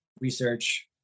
research